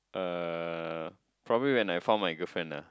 uh probably when I found my girlfriend ah